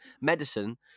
medicine